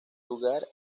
lugar